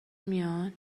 میان